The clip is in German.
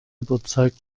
überzeugt